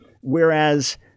whereas